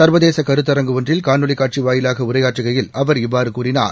சாவதேச கருத்தரங்கு ஒன்றில் காணொலி காட்சி வாயிலாக உரையாற்றுகையில் அவர் இவ்வாறு கூறினார்